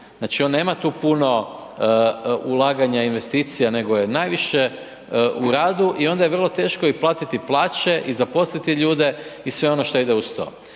Znači, on nema tu puno ulaganja i investicija, nego je najviše u radu i onda je vrlo teško i platiti plaće i zaposliti ljude i sve ono što ide uz to.